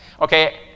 Okay